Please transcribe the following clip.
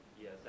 Yes